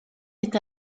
est